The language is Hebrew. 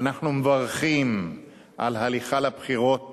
אנחנו מברכים על ההליכה לבחירות